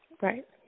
Right